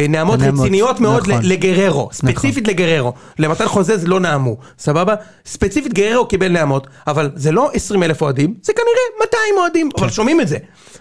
נעמות רציניות מאוד לגררו, ספציפית לגררו, למטה חוזה זה לא נעמו, סבבה? ספציפית גררו קיבל נעמות, אבל זה לא 20,000 אוהדים, זה כנראה 200 אוהדים, אבל שומעים את זה.